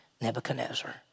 Nebuchadnezzar